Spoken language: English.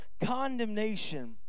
condemnation